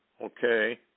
Okay